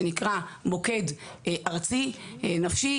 שנקרא: "מוקד ארצי נפשי",